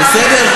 בסדר?